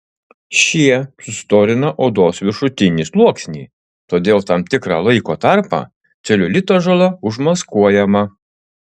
šie sustorina odos viršutinį sluoksnį todėl tam tikrą laiko tarpą celiulito žala užmaskuojama